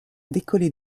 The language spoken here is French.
décollé